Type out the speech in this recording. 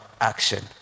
action